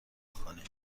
کنید